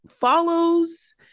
follows